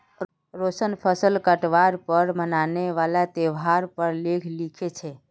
रोशन फसल काटवार पर मनाने वाला त्योहार पर लेख लिखे छे